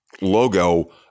logo